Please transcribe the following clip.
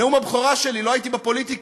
בנאום הבכורה שלי לא הייתי בפוליטיקה,